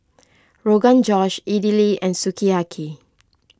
Rogan Josh Idili and Sukiyaki